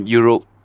Europe